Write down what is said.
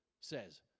says